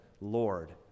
Lord